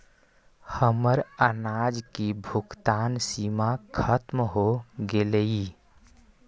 हमर आज की भुगतान सीमा खत्म हो गेलइ